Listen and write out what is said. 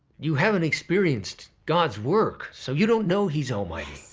you haven't experienced god's work, so you don't know he's almighty.